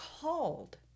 called